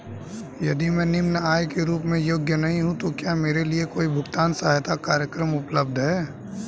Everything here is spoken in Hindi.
यदि मैं निम्न आय के रूप में योग्य नहीं हूँ तो क्या मेरे लिए कोई भुगतान सहायता कार्यक्रम उपलब्ध है?